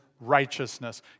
righteousness